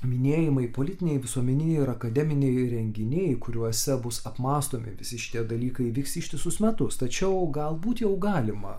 minėjimai politiniai visuomeniniai ir akademiniai renginiai kuriuose bus apmąstomi visi šitie dalykai vyks ištisus metus tačiau galbūt jau galima